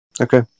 Okay